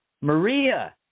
Maria